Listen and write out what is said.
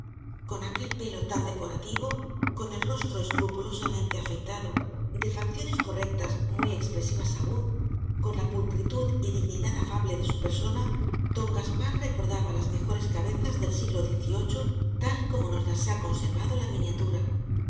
con aquel pelo tan decorativo con el rostro escrupulosamente afeitado de facciones correctas muy expresivas aún con la pulcritud y dignidad afable de su persona don gaspar recordaba las mejores cabezas del siglo xviii tal como nos las ha conservado la miniatura